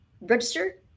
register